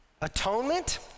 atonement